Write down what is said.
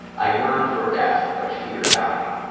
i yearn for death, but fear dying.